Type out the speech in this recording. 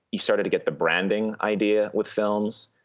you started to get the branding idea with films.